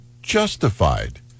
justified